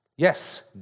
Yes